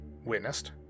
witnessed